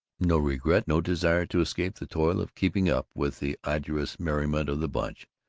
no regret, no desire to escape the toil of keeping up with the arduous merriment of the bunch,